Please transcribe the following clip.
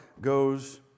goes